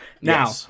now